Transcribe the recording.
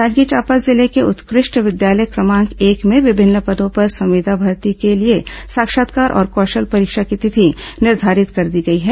जांजगीर चांपा जिले के उत्कृष्ट विद्यालय क्रमांक एक में विभिन्न पदों पर संविदा भर्ती के लिए साक्षात्कार और कौशल परीक्षा की तिथि निर्धारित कर दी गई है